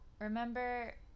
remember